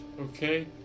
okay